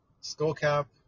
Skullcap